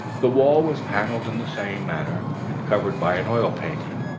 the wall was panelled in the same manner and covered by an oil painting,